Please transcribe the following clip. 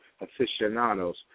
aficionados